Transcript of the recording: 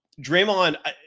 Draymond